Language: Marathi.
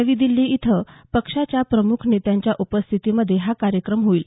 नवी दिल्ली इथं पक्षाच्या प्रमुख नेत्यांच्या उपस्थितीमध्ये हा कार्यक्रम होईल